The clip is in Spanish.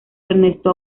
ernesto